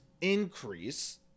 increase